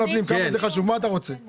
37.002. אני רוצה לנמק אותה.